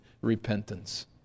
repentance